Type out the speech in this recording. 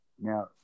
now